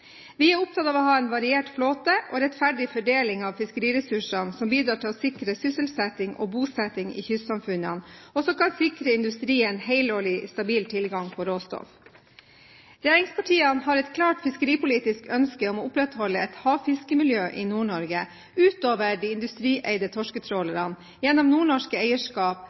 Vi er opptatt av å ha en variert flåte og rettferdig fordeling av fiskeriressursene, som bidrar til å sikre sysselsetting og bosetting i kystsamfunnene, og som kan sikre industrien helårig, stabil tilgang på råstoff. Regjeringspartiene har et klart fiskeripolitisk ønske om å opprettholde et havfiskemiljø i Nord-Norge utover de industrieide torsketrålerne, gjennom nordnorske eierskap,